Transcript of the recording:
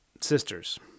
sisters